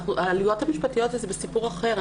העלויות המשפטיות זה סיפור אחר,